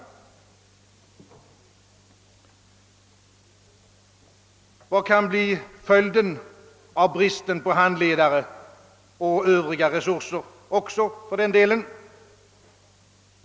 Vad kan bli följden av bristen på handledare och för den delen också på övriga resurser?